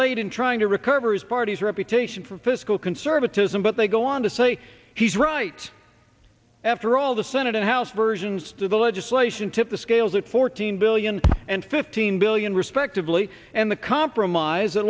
late in trying to recover his party's reputation for fiscal conservatism but they go on to say he's right after all the senate and house versions of the legislation tipped the scales at fourteen billion and fifteen billion respectively and the compromise th